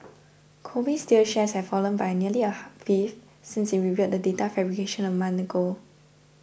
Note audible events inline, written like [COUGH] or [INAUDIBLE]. Kobe Steel's shares have fallen by nearly a [NOISE] fifth since it revealed the data fabrication a month ago